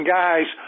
guys